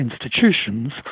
institutions